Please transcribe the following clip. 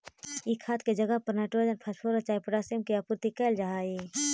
ई खाद के जगह पर नाइट्रोजन, फॉस्फोरस चाहे पोटाशियम के आपूर्ति कयल जा हई